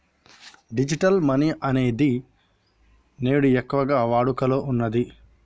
digital money అనేది నేడు ఎక్కువగా వాడుకలో ఉన్నది